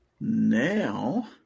now